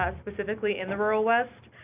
um specifically in the rural west.